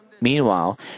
Meanwhile